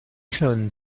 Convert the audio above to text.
clone